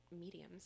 mediums